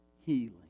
healing